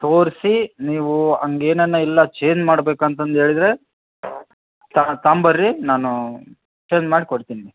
ತೋರಿಸಿ ನೀವು ಹಂಗೇನಾನ ಇಲ್ಲ ಚೇಂಜ್ ಮಾಡ್ಬೇಕು ಅಂತಂದು ಹೇಳಿದ್ರೆ ತಗೊಂಬನ್ರಿ ನಾನು ಚೇಂಜ್ ಮಾಡಿಕೊಡ್ತೀನಿ